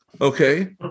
Okay